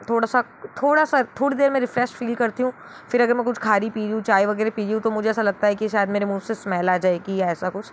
थोड़ा सा थोड़ा सा थोड़ी देर मैं रिफ़्रेश फ़ील करती हूँ फिर अगर मैं कुछ खा रही पी रही हूँ चाय वगैरह पी रही हूँ तो मुझे ऐसा लगता है कि शायद मेरे मुंह से स्मेल आ जाएगी या ऐसा कुछ